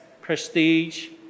prestige